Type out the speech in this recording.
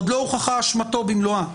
עוד לא הוכחה אשמתו במלואה